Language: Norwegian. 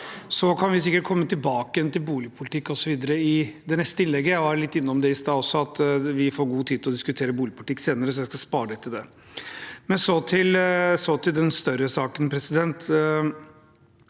Så kan vi sikkert komme tilbake til boligpolitikk osv. i det neste innlegget. Jeg var litt innom det i stad også, at vi får god tid å diskutere boligpolitikk senere, så jeg skal spare litt til da. Så til den større saken: Det